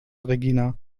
regina